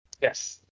Yes